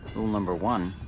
rule number one,